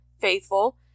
faithful